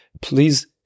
Please